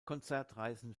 konzertreisen